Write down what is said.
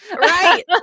Right